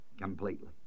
completely